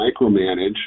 micromanage